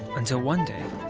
until one day,